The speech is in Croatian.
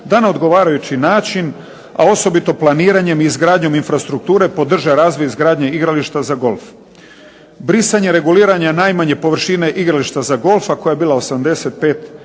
da na odgovarajući način, a osobito planiranjem i izgradnjom infrastrukture podrže razvoj izgradnje igrališta za golf. Brisanje reguliranja najmanje površine igrališta za golf koja je bila 85